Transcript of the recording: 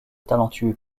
talentueux